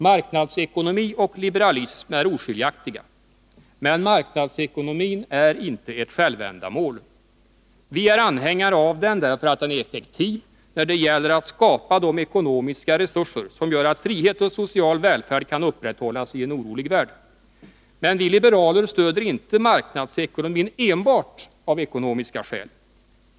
Marknadsekonomi och liberalism är oskiljaktiga. Men marknadsekonomin är inte ett självändamål. Vi är anhängare av den därför att den är effektiv när det gäller att skapa de ekonomiska resurser som gör att frihet och social välfärd kan upprätthållas i en orolig värld. Men vi liberaler stöder inte marknadsekonomin enbart av ekonomiska skäl.